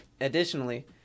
additionally